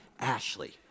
Ashley